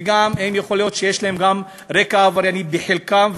וגם יכול להיות שיש גם רקע עברייני לחלקם,